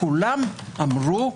כולם אמרו: